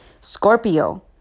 Scorpio